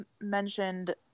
mentioned